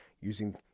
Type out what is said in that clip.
using